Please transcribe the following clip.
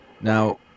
Now